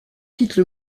quittent